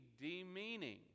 demeaning